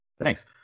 Thanks